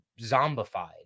zombified